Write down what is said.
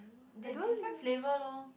di~ different flavour lor